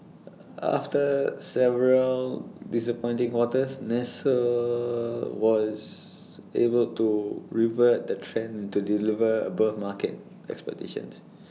after several disappointing quarters nestle was able to revert the trend to deliver above market expectations